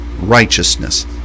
righteousness